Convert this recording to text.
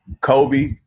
Kobe